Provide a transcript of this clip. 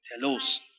Telos